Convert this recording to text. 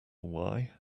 why